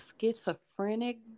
schizophrenic